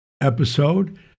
episode